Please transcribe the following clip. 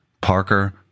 Parker